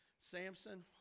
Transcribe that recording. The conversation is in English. Samson